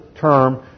term